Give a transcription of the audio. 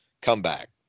comeback